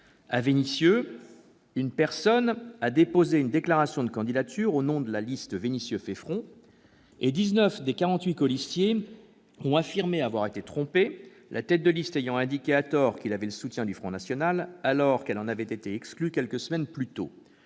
À Vénissieux, une personne a déposé une déclaration de candidature au nom de la liste Vénissieux fait front. Dix-neuf des quarante-huit colistiers ont affirmé avoir été trompés, la tête de liste ayant indiqué, à tort, qu'elle avait le soutien du Front national, alors qu'elle en avait été exclue quelques semaines plus tôt.